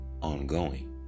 ongoing